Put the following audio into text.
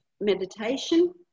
meditation